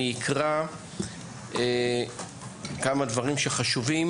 אני אקרא כמה דברים שחשובים,